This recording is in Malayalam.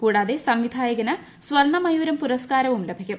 കൂടാതെ സംവിധായകന് സ്വർണമയൂരം പുരസ്കാരവും ലഭിക്കും